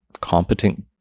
competent